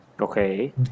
Okay